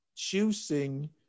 choosing